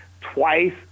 twice